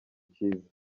cyiza